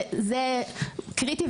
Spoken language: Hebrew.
זה קריטי,